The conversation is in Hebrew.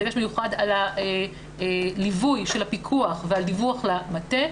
בדגש מיוחד על הליווי של הפיקוח ועל דיווח למטה.